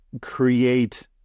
create